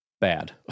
bad